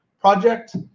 project